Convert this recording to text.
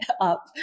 up